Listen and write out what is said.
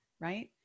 Right